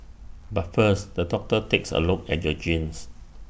but first the doctor takes A look at your genes